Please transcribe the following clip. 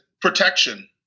Protection